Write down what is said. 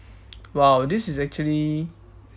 !wow! this is actually